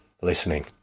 listening